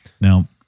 Now